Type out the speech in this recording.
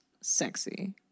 sexy